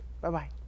Bye-bye